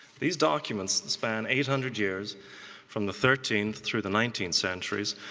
these documents span eight hundred years from the thirteenth through the nineteenth centuries,